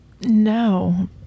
no